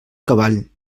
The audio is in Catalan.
cavall